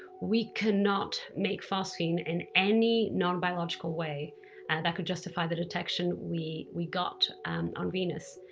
we cannot make phosphine in any non-biological way that could justify the detection we we got on venus.